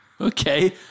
Okay